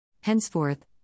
Henceforth